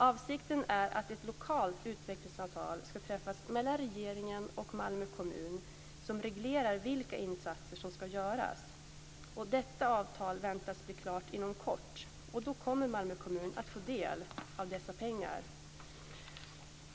Avsikten är att ett lokalt utvecklingsavtal ska träffas mellan regeringen och Malmö kommun som reglerar vilka insatser som ska göras. Detta avtal väntas bli klart inom kort och då kommer Malmö kommun att få del av dessa pengar.